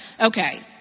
okay